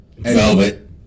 Velvet